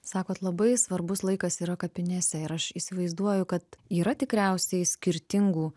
sakot labai svarbus laikas yra kapinėse ir aš įsivaizduoju kad yra tikriausiai skirtingų